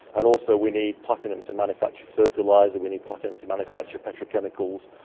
and also we need platinum to manufacture fertiliser, we need platinum to manufacture petrochemicals.